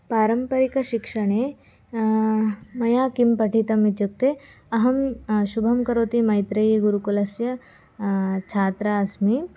पारम्परिकशिक्षणे मया किं पठितम् इत्युक्ते अहं शुभं करोति मैत्रेयी गुरुकुलस्य छात्रा अस्मि